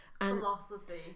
Philosophy